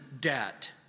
debt